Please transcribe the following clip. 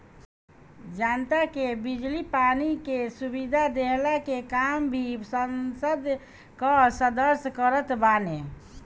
जनता के बिजली पानी के सुविधा देहला के काम भी संसद कअ सदस्य करत बाने